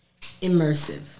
immersive